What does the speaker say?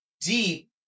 deep